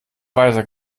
weiter